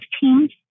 teams